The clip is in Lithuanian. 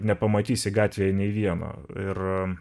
nepamatysi gatvėje nei vieno ir